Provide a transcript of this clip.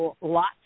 lots